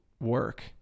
work